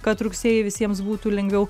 kad rugsėjį visiems būtų lengviau